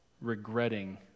regretting